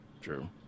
True